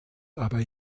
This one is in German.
aber